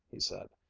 he said.